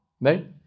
Right